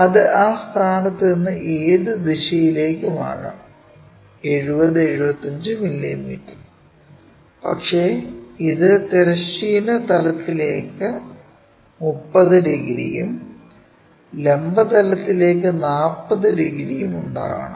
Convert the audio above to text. അത് ആ സ്ഥാനത്ത് നിന്ന് ഏത് ദിശയിലേക്കും ആകാം 70 75 മില്ലീമീറ്റർ പക്ഷേ ഇത് തിരശ്ചീന തലത്തിലേക്ക് 30 ഡിഗ്രിയും ലംബ തലത്തിലേക്ക് 40 ഡിഗ്രിയും ഉണ്ടാക്കണം